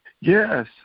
Yes